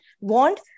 want